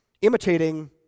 imitating